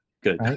Good